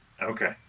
Okay